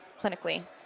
clinically